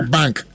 Bank